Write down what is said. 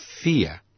fear